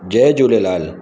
Jay Jhulelal